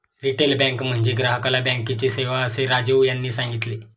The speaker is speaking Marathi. रिटेल बँक म्हणजे ग्राहकाला बँकेची सेवा, असे राजीव यांनी सांगितले